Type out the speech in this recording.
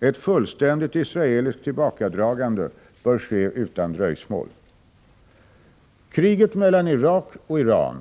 Ett fullständigt israeliskt tillbakadragande bör ske utan dröjsmål. Kriget mellan Irak och Iran